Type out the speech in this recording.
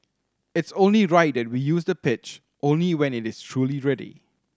it's only right that we use the pitch only when it is truly ready